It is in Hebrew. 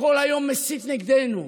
כל היום מסית נגדנו.